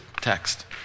text